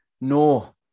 No